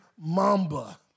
Mamba